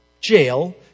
jail